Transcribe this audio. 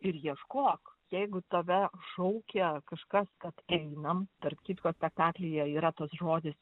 ir ieškok jeigu tave šaukia kažkas kad einam tarp kitko spektaklyje yra tas žodis